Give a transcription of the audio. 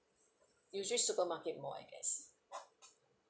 usually supermarket more I guess